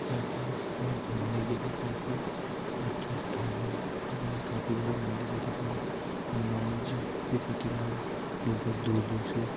साथ ही वह घूमने के लिए काफ़ी अच्छा स्थान है वह एक काफ़ी बड़ा मंदिर है जिसमें हनुमान जी की प्रतिमा है लोग बहुत दूर दूर से